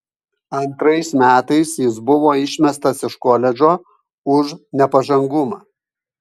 antrais metais jis buvo išmestas iš koledžo už nepažangumą